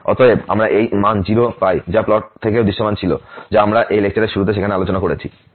তাই অতএব আমরা এই মান 0 পাই যা প্লট থেকেও দৃশ্যমান ছিল যা আমরা এই লেকচারের শুরুতে সেখানে আলোচনা করেছি